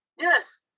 Yes